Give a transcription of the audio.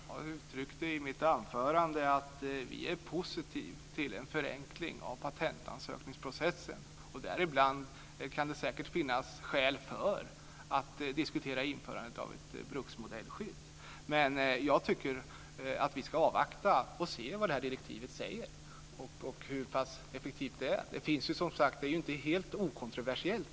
Herr talman! Jag uttryckte i mitt anförande att vi är positiva till en förenkling av patentansökningsprocessen, och det kan säkert också finnas skäl att diskutera införandet av ett bruksmodellskydd. Men jag tycker att vi ska avvakta och se vad direktivet säger och hur pass effektivt det är. Det här området är ju, som sagt, inte helt okontroversiellt.